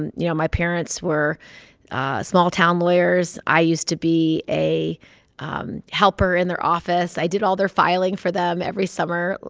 and you know, my parents were small-town lawyers. i used to be a um helper in their office. i did all their filing for them every summer,